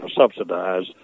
subsidized